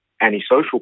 antisocial